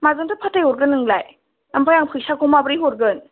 माजोंथो फाथाय हरगोन नोंलाय ओमफ्राय आं फैसाखौ माबोरै हरगोन